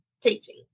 teaching